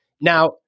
Now